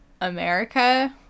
America